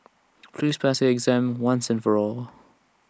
please pass your exam once and for all